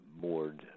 Board